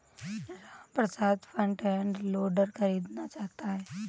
Ramprasad front end loader खरीदना चाहता है